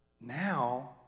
Now